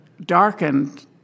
darkened